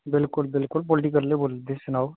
बिलकुल बिलकुल सनाओ